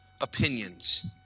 opinions